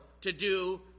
to-do